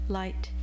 light